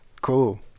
cool